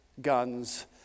guns